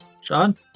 Sean